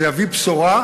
זה יביא בשורה,